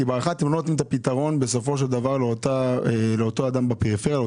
בהארכה אתם לא נותנים את היתרון ליזם בפריפריה.